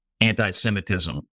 anti-Semitism